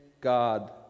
God